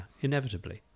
inevitably